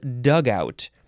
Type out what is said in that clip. dugout